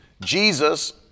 Jesus